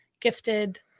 gifted